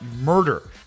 murder